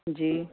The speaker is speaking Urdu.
جی